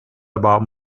about